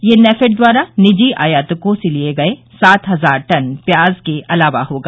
यह नेफेड द्वारा निजी आयातकों से लिये गए सात हजार टन प्याज के अलावा होगा